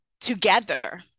together